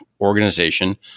organization